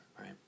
Right